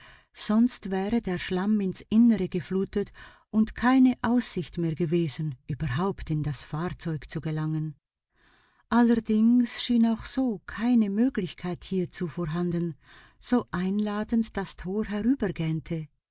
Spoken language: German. sonst wäre der schlamm ins innere geflutet und keine aussicht mehr gewesen überhaupt in das fahrzeug zu gelangen allerdings schien auch so keine möglichkeit hiezu vorhanden so einladend das tor